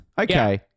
Okay